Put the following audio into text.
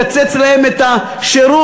לקצץ להם את השירות.